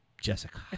Jessica